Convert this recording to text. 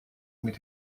mit